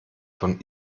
von